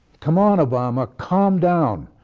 come on obama, calm down.